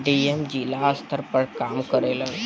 DM जिला स्तर पर काम करेलन